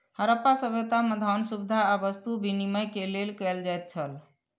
हरप्पा सभ्यता में, धान, सुविधा आ वस्तु विनिमय के लेल कयल जाइत छल